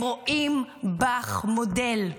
הם רואים בך מודל.